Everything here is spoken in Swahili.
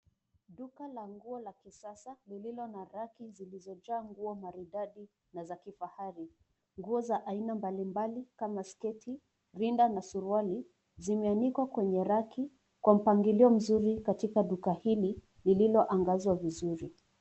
Duka la nguo la kisasa lililo na raki zilizojaa nguo maridadi na za kifahari. Nguo za aina mbalimbali kama sketi, rinda na suruali zimeanikwa kwenye raki kwa mpangilio mzuri katika duka hili lililoangazwa vizuri.